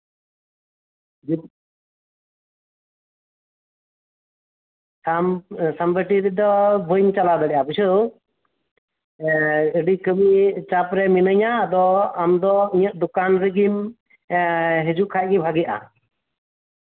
ᱥᱟᱢ ᱥᱟᱢᱵᱟᱴᱤ ᱨᱮᱫᱚ ᱵᱟᱹᱧ ᱪᱟᱞᱟᱣ ᱫᱟᱲᱮᱭᱟᱜᱼᱟ ᱵᱩᱡᱷᱟᱹᱣ ᱮᱸ ᱟᱹᱰᱤ ᱠᱟᱹᱢᱤ ᱪᱟᱯ ᱨᱮ ᱢᱤᱱᱟᱹᱧᱟ ᱟᱫᱚ ᱟᱢ ᱫᱚ ᱤᱧᱟᱹᱜ ᱫᱚᱠᱟᱱ ᱨᱮᱜᱮᱢ ᱦᱤᱡᱩᱜ ᱠᱷᱟᱱ ᱫᱚ ᱵᱷᱟᱜᱤᱜᱼᱟ